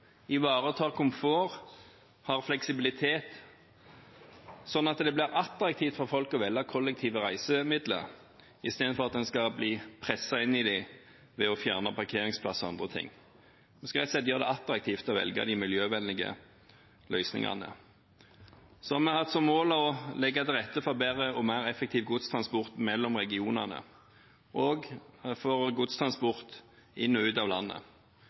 handler om å sørge for at vi får på plass bedre pendlerreiser, slik at hverdagsreisen som folk tar, blir mer forutsigbar, ivaretar komfort og har fleksibilitet, sånn at det blir attraktivt for folk å velge kollektive reisemidler, i stedet for at en skal bli presset inn i dem ved å fjerne parkeringsplasser og andre ting. Vi skal rett og slett gjøre det attraktivt å velge de miljøvennlige løsningene. Vi har hatt som mål å legge til rette for bedre og